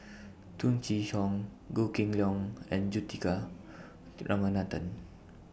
Tung Chye Hong Goh Kheng Long and Juthika Ramanathan